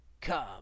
Come